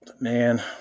Man